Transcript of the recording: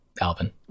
Alvin